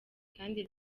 kandi